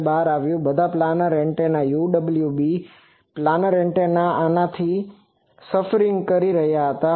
તો તે બહાર આવ્યું કે બધા planar antenna UWB planar antenna આનાથી સફરિંગ કરી રહ્યા હતા